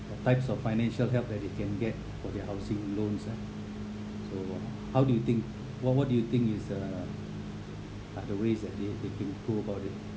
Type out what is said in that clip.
the types of financial help that they can get for their housing loans ah so uh how do you think what what do you think is the are the ways that they they can go about it